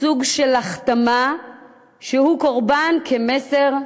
סוג של החתמה שהוא קורבן, כמסר עבורם.